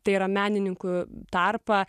tai yra menininkų tarpą